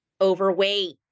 overweight